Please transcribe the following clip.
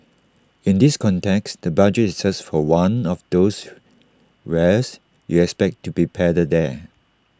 in this context the budget is just for one of those wares you expect to be peddled there